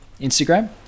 Instagram